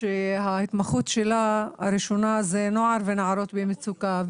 שההתמחות שלה הראשונה זה נוער ונערות במצוקה,